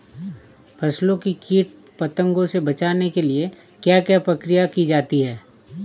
फसलों को कीट पतंगों से बचाने के लिए क्या क्या प्रकिर्या की जाती है?